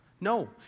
No